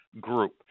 group